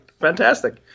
Fantastic